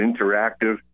interactive